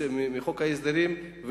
מחוק ההסדרים,